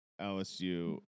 LSU